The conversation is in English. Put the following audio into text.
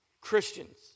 Christians